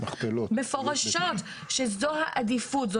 שזו העדיפות,